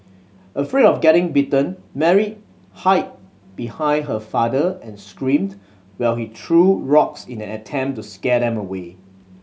afraid of getting bitten Mary hide behind her father and screamed while he threw rocks in an attempt to scare them away